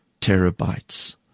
terabytes